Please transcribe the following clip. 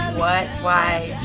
what? why?